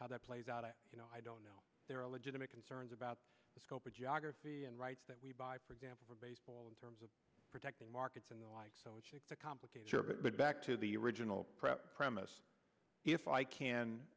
how that plays out i you know i don't know there are legitimate concerns about the scope of geography and rights that we buy for example for baseball in terms of protecting markets and the like so it should complicate your bit but back to the original premise if i can